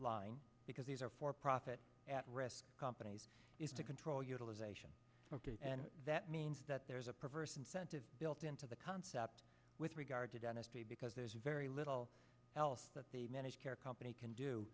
line because these are for profit at rest companies is to control utilization and that means that there's a perverse incentive built into the concept with regard to dentistry because there's very little else that the managed care company can do